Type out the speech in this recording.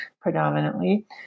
predominantly